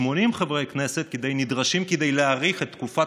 80 חברי כנסת נדרשים כדי להאריך את תקופת